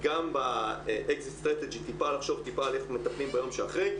גם טיפה לחשוב על איך מטפלים ביום שאחרי,